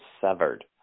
severed